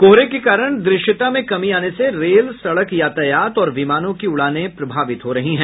कोहरे के कारण दृश्यता में कमी आने से रेल सड़क यातायात और विमानों की उड़ानें प्रभावित हो रही है